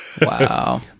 Wow